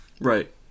Right